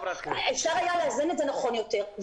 אפשר היה לאזן את זה נכון יותר,